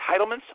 entitlements